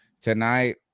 Tonight